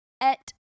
Et